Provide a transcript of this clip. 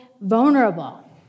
vulnerable